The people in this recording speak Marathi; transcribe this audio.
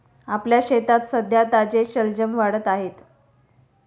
आपल्या शेतात सध्या ताजे शलजम वाढत आहेत